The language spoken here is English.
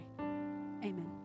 amen